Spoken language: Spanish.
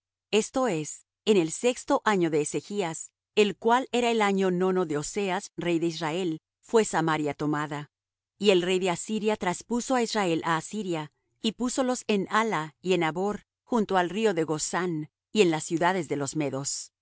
esto es en el sexto año de ezechas el cual era el año nono de oseas rey de israel fué samaria tomada y el rey de asiria traspuso á israel á asiria y púsolos en hala y en habor junto al río de gozán y en las ciudades de los medos